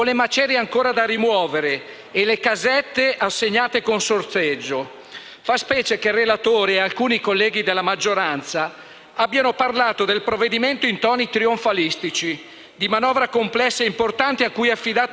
abbiano parlato del provvedimento in toni trionfalistici, di manovra complessa e importante a cui è affidato il compito di sviluppare la crescita del Paese. Non ci saremmo dovuti trovare in questa situazione, anche perché, quando c'è una manovra correttiva,